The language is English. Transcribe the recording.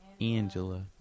Angela